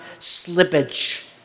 slippage